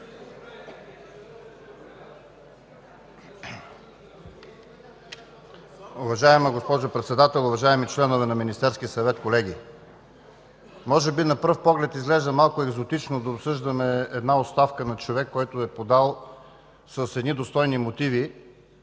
Уважаема госпожо Председател, уважаеми членове на Министерския съвет, колеги! Може би на пръв поглед изглежда малко екзотично да обсъждаме една оставка на човек, който я е подал с достойни мотиви.